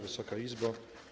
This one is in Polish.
Wysoka Izbo!